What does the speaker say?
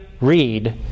read